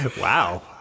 Wow